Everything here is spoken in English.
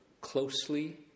closely